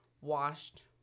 washed